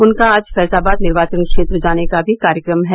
उनका आज फैजाबाद निर्वाचन क्षेत्र जाने का भी कार्यक्रम है